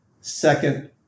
second